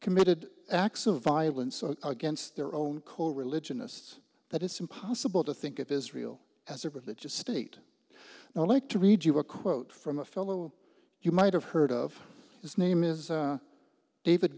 committed acts of violence against their own coreligionists that it's impossible to think of israel as a religious state and i like to read you a quote from a fellow you might have heard of his name is david